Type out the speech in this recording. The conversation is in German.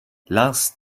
lars